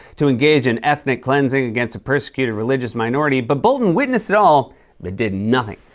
to engage in ethnic cleansing against a persecuted religious minority, but bolton witnessed it all but did nothing.